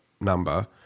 number